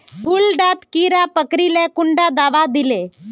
फुल डात कीड़ा पकरिले कुंडा दाबा दीले?